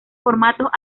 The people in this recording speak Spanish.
formatos